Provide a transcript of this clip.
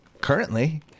currently